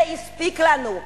זה הספיק לנו.